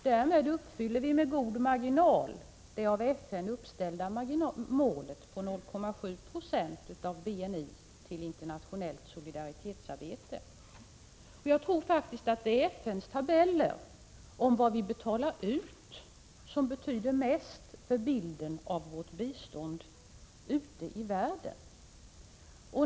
Därmed uppfyller vi med god marginal det av FN uppställda målet på 0,7 26 av BNI till internationellt solidaritetsarbete. Jag tror faktiskt att det är FN:s tabeller över vad vi har betalat ut som betyder mest för bilden av vårt bistånd ute i världen.